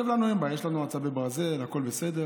לנו אין בעיה, יש לנו עצבי ברזל, הכול בסדר.